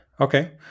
Okay